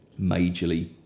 majorly